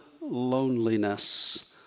loneliness